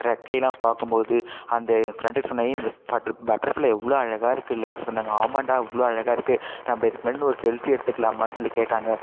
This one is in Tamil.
றெக்கைலாம் பார்க்கும் போது அந்த ஏன் ஃப்ரெண்டுகிட்ட சொன்னேன் ஏய் இந்த பட்டர் பட்டர்ஃப்ளை எவ்வளோ அழகாக இருக்குல்ல அப்படி சொன்னேங்க ஆமாண்டா இவ்வளோ அழகாக இருக்கு நம்ப இதுக்கு முன்னாடி நின்று ஒரு செல்ஃபி எடுத்துக்கலாமான்னு சொல்லி கேட்டாங்க